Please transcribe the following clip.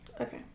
Okay